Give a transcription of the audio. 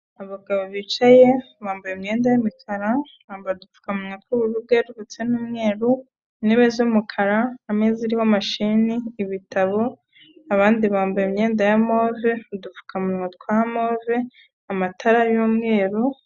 Abagabo bicaye bambaye imyenda y'umukara, udupfukamunwa tw'ubururu bwererutse n'umweru, intebe z'umukara, ameza ariho mashini, ibitabo, abandi bambaye imyenda ya move, udupfukamunwa twa move, amatara y'umweru.